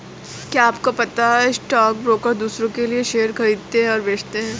क्या आपको पता है स्टॉक ब्रोकर दुसरो के लिए शेयर खरीदते और बेचते है?